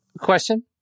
Question